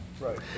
Right